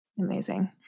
Amazing